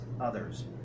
others